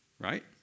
right